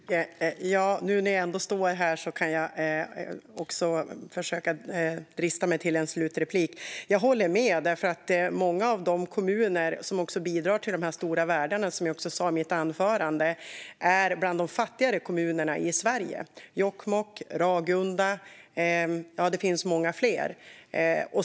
Fru talman! Nu när jag ändå står här kan jag försöka att drista mig till en slutreplik. Jag håller med. Många av de kommuner som bidrar till dessa stora värden är, som jag sa i mitt anförande, bland de fattigare kommunerna i Sverige. Det handlar om Jokkmokk, Ragunda och många fler.